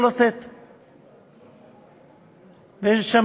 תודה רבה לכבוד השר.